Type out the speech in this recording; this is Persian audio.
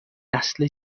نسل